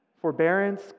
forbearance